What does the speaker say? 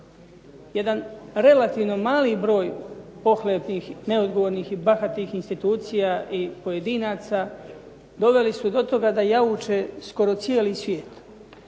Jedan relativno mali broj pohlepnih, neodgovornih i bahatih institucija i pojedinaca doveli su do toga da jauče skoro cijeli svijet